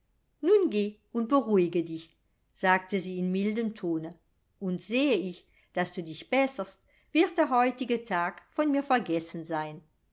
nun geh und beruhige dich sagte sie in mildem tone und sehe ich daß du dich besserst wird der heutige tag von mir vergessen sein